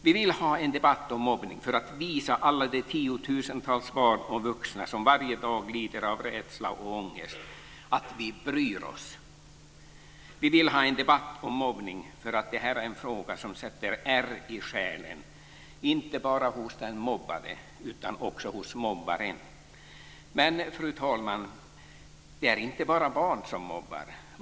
Vi vill ha en debatt om mobbning för att visa alla de tiotusentals barn och vuxna som varje dag lider av rädsla och ångest att vi bryr oss. Vi vill ha en debatt om mobbning för att det här är en fråga som sätter ärr i själen, inte bara hos den mobbade utan också hos mobbaren. Men, fru talman, det är inte bara barn som mobbar.